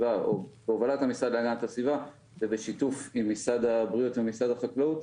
בהובלת המשרד להגנת הסביבה ובשיתוף עם משרד הבריאות ומשרד החקלאות,